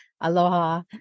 Aloha